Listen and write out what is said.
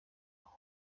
aha